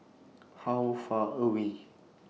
How Far away